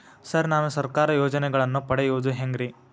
Sir ನಾನು ಸರ್ಕಾರ ಯೋಜೆನೆಗಳನ್ನು ಪಡೆಯುವುದು ಹೆಂಗ್ರಿ?